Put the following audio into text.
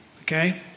okay